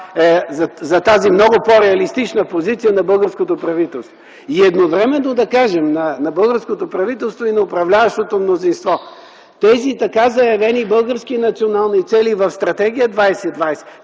за тази много по-реалистична позиция на българското правителство и едновременно да кажем на българското правителство и на управляващото мнозинство – тези така заявени български национални цели в Стратегия 2020